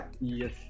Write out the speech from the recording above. Yes